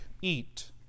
eat